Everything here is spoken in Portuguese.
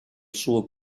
sua